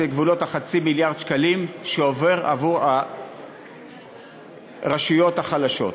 זה גבולות החצי-מיליארד שקלים שעוברים לרשויות החלשות.